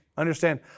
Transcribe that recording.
Understand